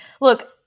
look